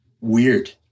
weird